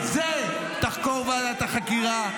--- את זה תחקור ועדת החקירה.